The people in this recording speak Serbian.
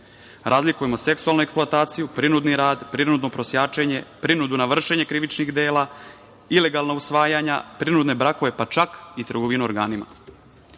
Razlikujemo seksualnu eksploataciju, prinudni rad, prinudno prosjačenje, prinudu na vršenju krivičnih dela, ilegalna usvajanja, prinudne brakove, pa čak i trgovinu organa. Često